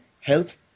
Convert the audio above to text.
health